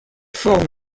forment